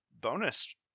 bonus